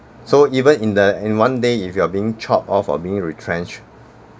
so even in the in one day if you are being chopped off our being retrenched